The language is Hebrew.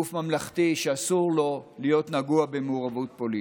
גוף ממלכתי שאסור לו להיות נגוע במעורבות פוליטית.